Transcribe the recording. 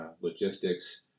logistics